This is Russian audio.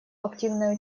активное